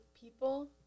people